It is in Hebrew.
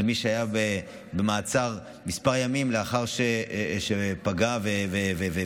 של מישהו שהיה במעצר כמה ימים לאחר שפגע ואיים,